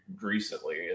recently